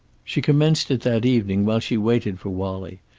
she commenced it that evening while she waited for wallie,